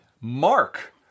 Mark